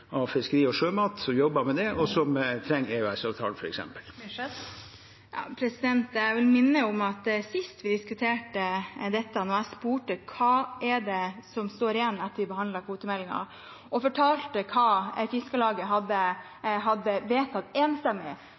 av fiskeri og sjømat, som jobber med dette, og som trenger EØS-avtalen, f.eks. Det blir oppfølgingsspørsmål – først Cecilie Myrseth. Jeg vil minne om at sist vi diskuterte dette og jeg spurte hva det er som står igjen etter at vi behandlet kvotemeldingen, og fortalte hva Fiskarlaget hadde vedtatt enstemmig,